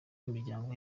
imiryango